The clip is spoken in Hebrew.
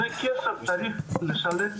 איך אתה פותר את